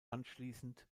anschließend